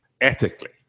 ethically